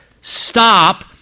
stop